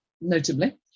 notably